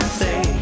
say